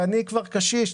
ואני כבר קשיש,